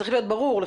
צריך להוביל דבר כזה.